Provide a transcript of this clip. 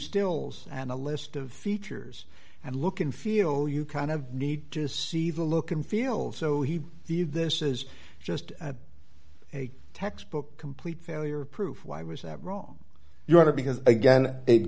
still and a list of features and look and feel you kind of need to see the look and feel so he see this is just a textbook complete failure of proof why was that wrong you had to because again it